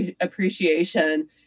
appreciation